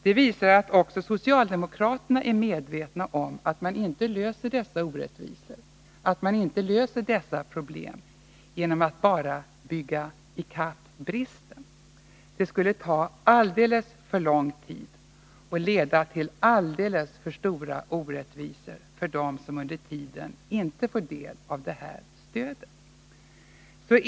Det visar också att socialdemokraterna också är medvetna om att man inte löser dessa problem genom att bygga ikapp bristen. Det skulle ta alldeles för lång tid och leda till alldeles för stora orättvisor för dem som under tiden inte får del av det här stödet.